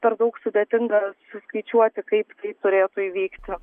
per daug sudėtinga suskaičiuoti kaip tai turėtų įvykti